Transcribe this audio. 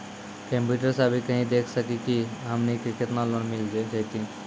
Computer सा भी कही देख सकी का की हमनी के केतना लोन मिल जैतिन?